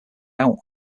out